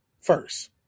first